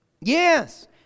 Yes